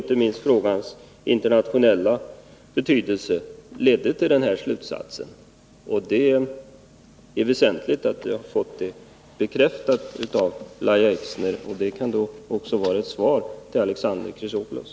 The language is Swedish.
Inte minst frågans internationella betydelse ledde till den slutsatsen. Det är väsentligt att vi har fått det bekräftat av Lahja Exner. Detta kan också vara ett svar till Alexander Chrisopoulos.